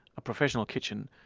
a professional kitchen,